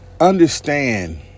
understand